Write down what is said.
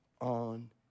on